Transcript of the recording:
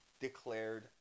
declared